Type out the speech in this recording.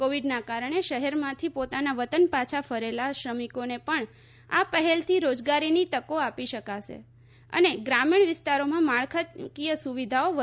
કોવીડના કારણે શહેરમાંથી પોતાના વતન પાછા ફરેલા શ્રમિકોને પણ આ પહેલથી રોજગારીની તકો આપી શકાશે અને ગ્રામીણ વિસ્તારોમાં માળખાકીય સુવિધાઓ વધારી શકાશે